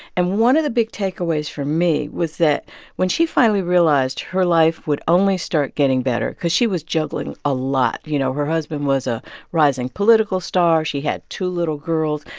and one of the big takeaways for me was that when she finally realized her life would only start getting better cause she was juggling a lot you know, her husband was a rising political star. she had two little girls.